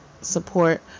support